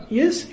yes